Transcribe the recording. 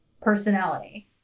personality